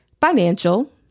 financial